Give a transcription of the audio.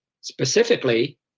specifically